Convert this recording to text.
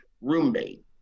roommate